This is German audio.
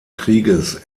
krieges